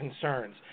concerns